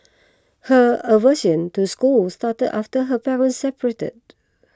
her aversion to school started after her parents separated